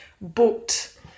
booked